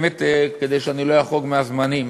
כדי שאני לא אחרוג מהזמנים,